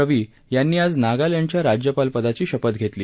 रवी यांनी आज नागालँडच्या राज्यपाल पदाची शपथ घेतली